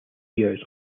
years